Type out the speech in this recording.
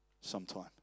sometime